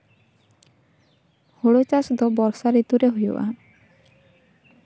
ᱦᱳᱲᱳ ᱪᱟᱥᱫᱚ ᱵᱚᱨᱥᱟ ᱨᱤᱛᱩ ᱨᱮ ᱦᱩᱭᱩᱜᱼᱟ